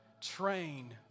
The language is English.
train